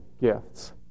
gifts